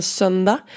söndag